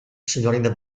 signorina